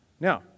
Now